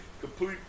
Complete